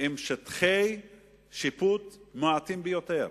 עם שטחי שיפוט מועטים ביותר.